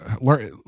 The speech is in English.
learn